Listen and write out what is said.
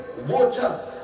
water